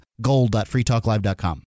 gold.freetalklive.com